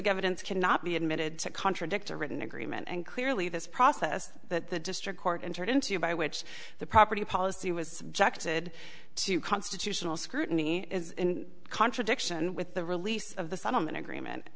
evidence cannot be admitted to contradict a written agreement and clearly this process that the district court entered into by which the property policy was jacketed to constitutional scrutiny is in contradiction with the release of the settlement agreement